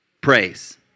Praise